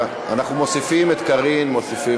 תפקידים בכירים בשירות המדינה וברשויות המקומיות,